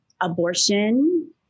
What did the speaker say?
abortion